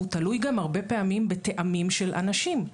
הוא תלוי גם הרבה פעמים בטעמים של אנשים.